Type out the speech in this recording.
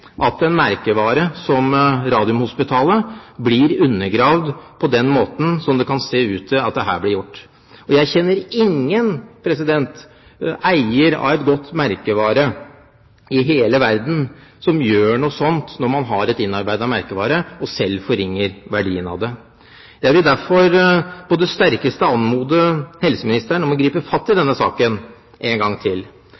at en merkevare som Radiumhospitalet blir undergravd på den måten, som det kan se ut til at det her blir gjort. Jeg kjenner ingen eier av en god merkevare i hele verden som gjør noe sånt når man har en innarbeidet merkevare, og selv forringer verdien av den. Jeg vil derfor på det sterkeste anmode helseministeren om å gripe fatt i